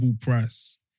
price